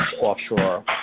offshore